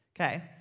Okay